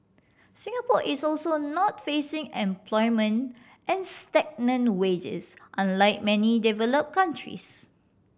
Singapore is also not facing unemployment and stagnant wages unlike many developed countries